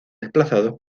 desplazados